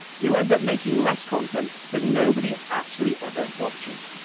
you'll end up making less content that nobody actually ever watches.